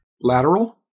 Lateral